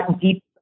deep